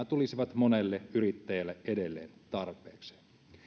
tulisivat monelle yrittäjälle edelleen tarpeeseen